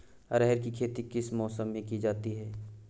अरहर की खेती किस मौसम में की जाती है?